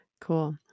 Cool